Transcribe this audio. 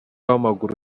w’amaguru